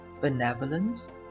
benevolence